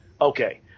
Okay